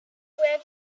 where